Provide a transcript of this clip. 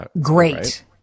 great